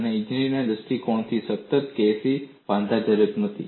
અને ઈજનેરીના દૃષ્ટિકોણથી સતત K C વાંધાજનક નથી